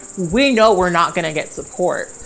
we know we're not going to get support.